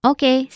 Okay